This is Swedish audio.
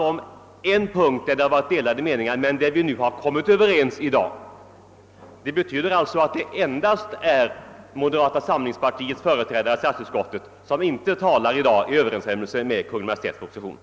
På en punkt fanns det delade me ningar, men där har vi kommit överens i dag. Det betyder alltså att det endast är moderata samlingspartiets före trädare i statsutskottet som i dag inte ansluter sig till Kungl. Maj:ts förslag.